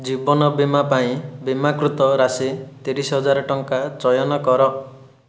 ଜୀବନ ବୀମା ପାଇଁ ବୀମାକୃତ ରାସି ତିରିଶ ହଜାର ଟଙ୍କା ଚୟନ କର